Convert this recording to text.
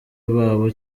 babo